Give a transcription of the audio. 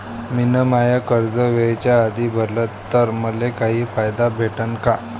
मिन माय कर्ज वेळेच्या आधी भरल तर मले काही फायदा भेटन का?